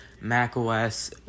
macOS